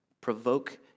provoke